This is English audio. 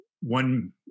one